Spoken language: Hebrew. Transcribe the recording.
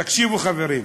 תקשיבו, חברים.